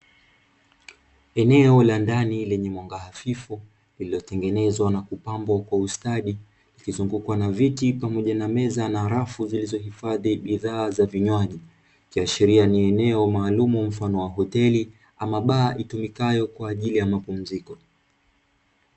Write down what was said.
Eneo la ndani lenye mwanga hafifu, lililotengenezwa na kupambwa kwa ustadi, likizungukwa na viti pamoja na meza na rafu zilizo hifadhi bidhaa za vinywaji. Ikiashiria ni eneo maalumu mfano wa hoteli ama baa, itumikayo kwa ajili ya mapumziko.